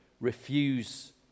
refuse